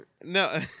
No